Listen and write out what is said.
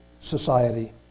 society